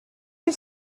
you